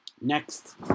Next